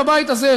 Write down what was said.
בבית הזה,